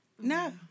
No